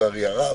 לצערי הרב.